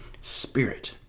Spirit